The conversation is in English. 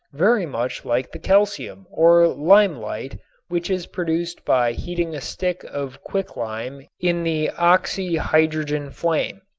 very much like the calcium or limelight which is produced by heating a stick of quicklime in the oxy-hydrogen flame.